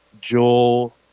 Joel